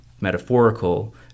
metaphorical